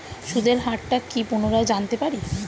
সুদের হার টা কি পুনরায় জানতে পারি?